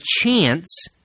chance